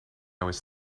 was